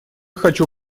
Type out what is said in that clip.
хочу